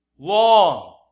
Long